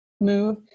move